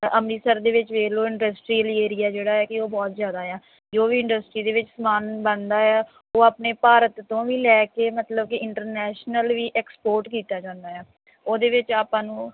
ਅੰਮ੍ਰਿਤਸਰ ਦੇ ਵਿੱਚ ਵੇਖ ਲਓ ਇੰਡਸਟਰੀਅਲ ਏਰੀਆ ਜਿਹੜਾ ਕਿ ਉਹ ਬਹੁਤ ਜ਼ਿਆਦਾ ਆ ਜੋ ਵੀ ਇੰਡਸਟਰੀ ਦੇ ਵਿੱਚ ਸਮਾਨ ਬਣਦਾ ਆ ਉਹ ਆਪਣੇ ਭਾਰਤ ਤੋਂ ਵੀ ਲੈ ਕੇ ਮਤਲਬ ਕਿ ਇੰਟਰਨੈਸ਼ਨਲ ਵੀ ਐਕਸਪੋਰਟ ਕੀਤਾ ਜਾਂਦਾ ਆ ਉਹਦੇ ਵਿੱਚ ਆਪਾਂ ਨੂੰ